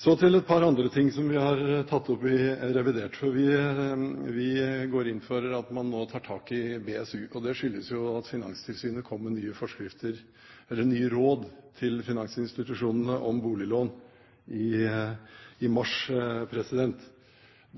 Så til et par andre ting som vi har tatt opp i revidert. Vi går inn for at man nå tar tak i BSU. Det skyldes at Finanstilsynet kom med nye råd til finansinstitusjonene om boliglån i mars, om